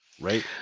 right